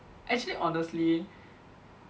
actually honestly